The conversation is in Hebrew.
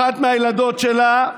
אחת מהילדות שלה,